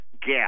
gap